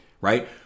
right